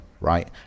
right